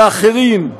ואחרים,